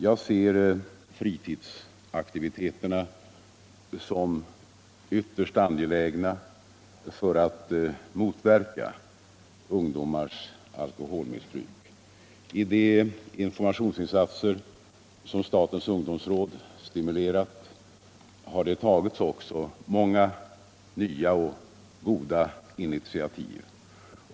Jag ser fritidsaktiviteterna som ytterst angelägna för att motverka ungdomars alkoholmissbruk. I de informationsinsatser som statens ungdomsråd stimulerat har det också tagits många nya och goda initiativ.